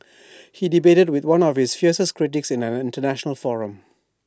he debated with one of his fiercest critics in an International forum